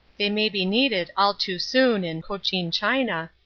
they may be needed all too soon in cochin china,